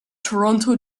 toronto